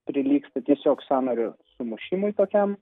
prilygsta tiesiog sąnario sumušimui tokiam